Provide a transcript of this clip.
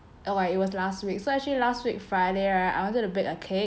oh right it was last week so actually last week friday right I wanted to bake a cake